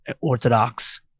orthodox